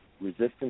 resistance